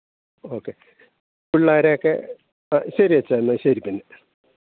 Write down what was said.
okay പിള്ളേരൊക്കെ ആ ശരിയച്ഛാ എന്നാൽ ശരി പിന്നെ